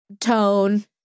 tone